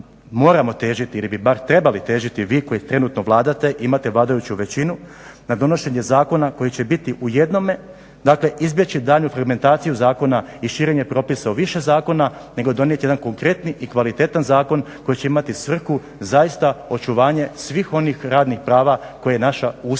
moramo težiti ili bar trebali težiti vi koji trenutno vladate, imate vladajuću većinu na donošenje Zakona koji će biti u jednome, dakle izbjeći daljnju fragmentaciju Zakona i širenje propisa u više zakona nego donijeti jedan konkretni i kvalitetan zakon koji će imati svrhu zaista očuvanje svih onih radnih prava koje je naša ustavna